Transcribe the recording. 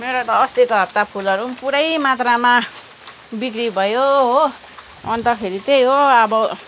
मेरो त अस्तिको हप्ता फुलहरू पनि पुरै मात्रामा बिक्री भयो हो अन्तखेरि त्यही हो अब